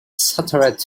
shattered